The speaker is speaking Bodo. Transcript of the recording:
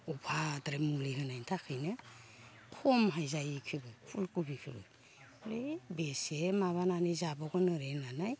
अभारद्राय मुलि होनायनि थाखायनो खमहाय जायो इखोबो फुलखबिखोबो ऐ बेसे माबानानै जाबावगोन आरो इदि होननानै